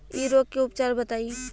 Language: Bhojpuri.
इ रोग के उपचार बताई?